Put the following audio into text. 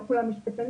לא כולם משפטנים,